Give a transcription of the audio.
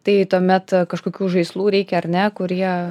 tai tuomet kažkokių žaislų reikia ar ne kurie